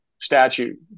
statute